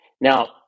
Now